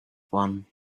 one